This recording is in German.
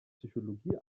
psychologie